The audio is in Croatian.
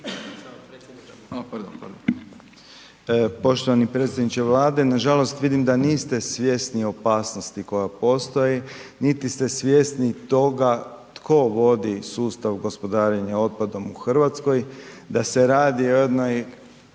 Poštovani predsjedniče Vlade, nažalost vidim da niste svjesni opasnosti opasnosti koja postoji, niti ste svjesni toga tko vodi sustav gospodarenja otpadom u RH, da se radi o jednoj